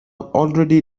already